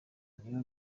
nibo